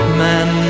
man